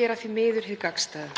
gera því miður hið gagnstæða.